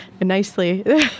nicely